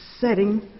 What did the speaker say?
setting